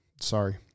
Sorry